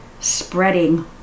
spreading